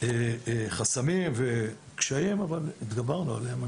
חסמים וקשיים אבל התגברנו עליהם.